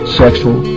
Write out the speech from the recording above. sexual